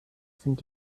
sind